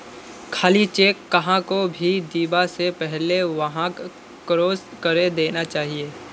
खाली चेक कहाको भी दीबा स पहले वहाक क्रॉस करे देना चाहिए